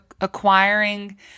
acquiring